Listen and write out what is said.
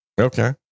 Okay